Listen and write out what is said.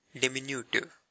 diminutive